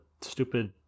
stupid